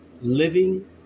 living